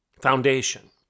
foundation